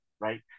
right